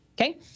okay